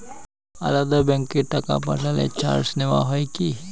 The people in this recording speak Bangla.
আলাদা ব্যাংকে টাকা পাঠালে চার্জ নেওয়া হয় কি?